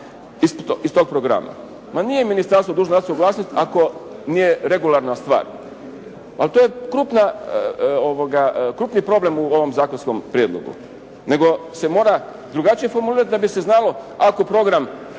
iz tog programa.» Ma nije ministarstvo dužno dati suglasnost ako nije regularna stvar. Ali to je krupna, krupni problem u ovom zakonskom prijedlogu nego se mora drugačije formulirati da bi se znalo ako program